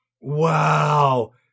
Wow